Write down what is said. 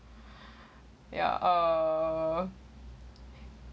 ya err